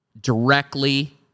directly